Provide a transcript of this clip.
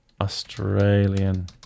Australian